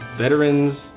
Veterans